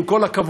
עם כל הכבוד,